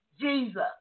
Jesus